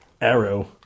arrow